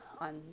on